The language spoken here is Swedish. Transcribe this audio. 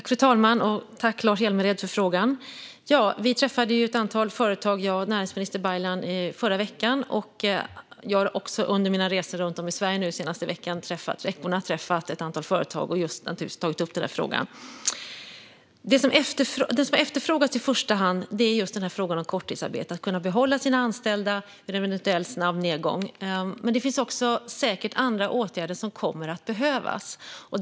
Fru talman! Tack, Lars Hjälmered, för frågan! Ja, näringsminister Baylan och jag träffade förra veckan ett antal företag. Under mina resor de senaste veckorna runt om i Sverige har jag också träffat ett antal företag och har naturligtvis tagit upp denna fråga. Det som i första hand efterfrågas är just korttidsarbete så att man kan behålla de anställda vid en eventuell snabb nedgång. Men det kommer säkert också att behövas andra åtgärder.